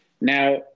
Now